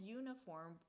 uniform